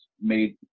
made